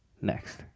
Next